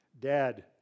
Dad